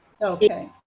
Okay